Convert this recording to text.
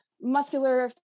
muscular